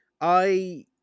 I